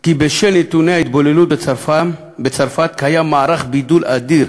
כי בשל נתוני ההתבוללות בצרפת יש מערך בידול אדיר